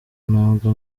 ntabwo